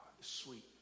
sweet